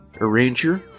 arranger